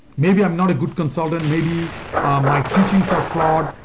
maybe i'm not a good consultant. maybe ah my teachings are flawed.